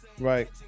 right